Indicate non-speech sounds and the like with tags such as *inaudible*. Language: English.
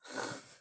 *laughs*